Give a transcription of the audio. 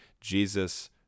Jesus